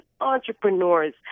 entrepreneurs